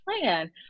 plan